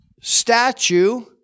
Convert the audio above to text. statue